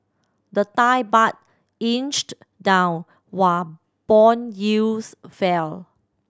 the Thai Baht inched down while bond yields fell